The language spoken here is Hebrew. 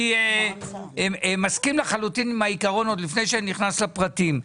אני מסכים לחלוטין עם העיקרון עוד לפני שנכנס לפרטים.